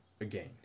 again